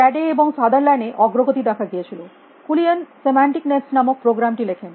CAD এ এবং Sutherland এ অগ্রগতি দেখা গিয়েছিল কুলিয়ান সেমান্টিক নেটস নামক প্রোগ্রামটি লেখেন